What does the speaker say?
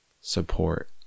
support